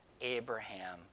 Abraham